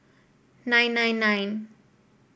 nine nine nine